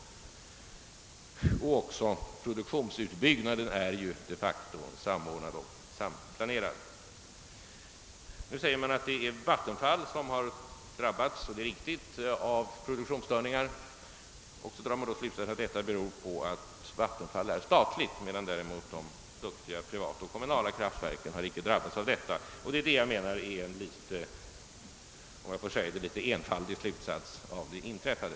Även produktionsutbyggnaden är de facto samordnad och samplanerad. Nu säger man att det är Vattenfall som drabbats av produktionsstörning. Detta är riktigt. Sedan drar man slutsatsen att detta beror på att Vattenfall är statligt, medan däremot de duktiga privata och kommunala kraftverken inte har drabbats. Här drar man dock en enligt min mening litet enfaldig slutsats av det inträffade.